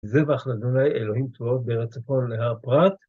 זבח לאדני אלוהים צבאות בצפון לנהר פרת.